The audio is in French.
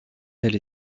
elle